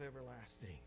everlasting